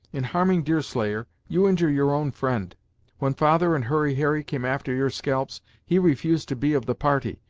in harming deerslayer, you injure your own friend when father and hurry harry came after your scalps, he refused to be of the party,